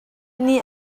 nih